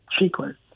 sequence